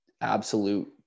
absolute